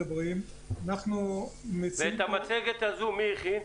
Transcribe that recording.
את המצגת הזאת מי הכין?